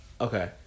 Okay